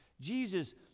Jesus